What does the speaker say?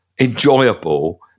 enjoyable